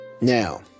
Now